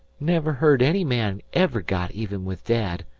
never heard any man ever got even with dad.